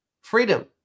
freedom